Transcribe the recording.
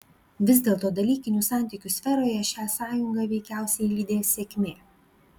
vis dėlto dalykinių santykių sferoje šią sąjungą veikiausiai lydės sėkmė